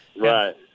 Right